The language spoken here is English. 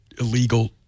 illegal